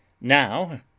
Now